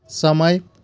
समय